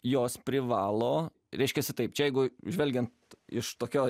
jos privalo reiškiasi taip jeigu žvelgiant iš tokio